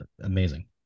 amazing